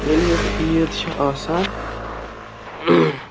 ییٚلہِ ییٚتہِ عیٖد چھِ آسان